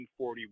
1941